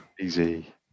Easy